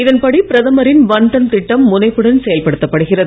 இதன்படி பிரதமரின் வன் தன் திட்டம் முனைப்புடன் செயல்படுத்தப்படுகிறது